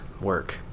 work